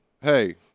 hey